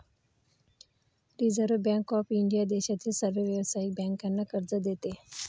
reserve bank of India देशातील सर्व व्यावसायिक बँकांना कर्ज देते